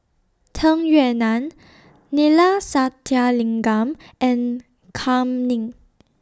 Tung Yue Nang Neila Sathyalingam and Kam Ning